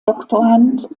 doktorand